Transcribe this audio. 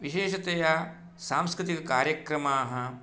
विशेषतया सांस्कृतिककार्यक्रमाः